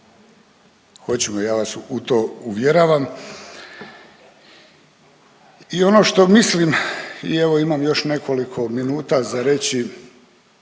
Hoćemo, ja vas u to uvjeravam. I ono što mislim i evo imam još nekoliko minuta za reći.